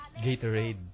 Gatorade